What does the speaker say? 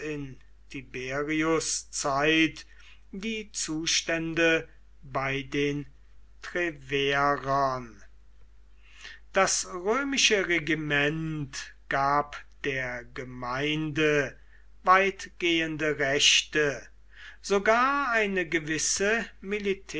tiberius zeit die zustände bei den treverern das römische regiment gab der gemeinde weitgehende rechte sogar eine gewisse